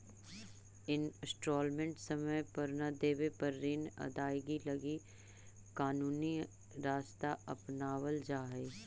instalment समय पर न देवे पर ऋण अदायगी लगी कानूनी रास्ता अपनावल जा हई